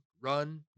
run